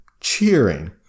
cheering